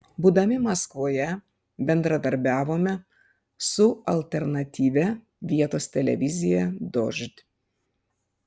būdami maskvoje bendradarbiavome su alternatyvia vietos televizija dožd